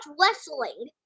wrestling